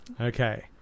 Okay